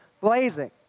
blazing